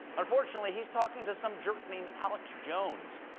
unfortunately, he's talking to some jerk named alex jones,